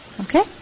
okay